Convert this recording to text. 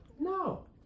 No